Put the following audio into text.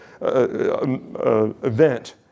event